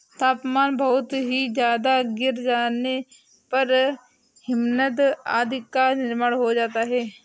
तापमान बहुत ही ज्यादा गिर जाने पर हिमनद आदि का निर्माण हो जाता है